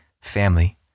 family